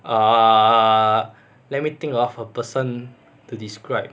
err let me think of a person to describe